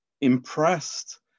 impressed